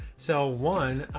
so one,